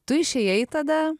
tu išėjai tada